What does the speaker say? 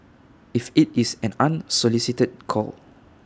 if IT is an unsolicited call